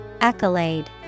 Accolade